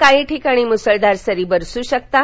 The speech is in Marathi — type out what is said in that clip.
काही ठिकाणी मुसळधार सरी बरसू शकतात